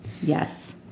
Yes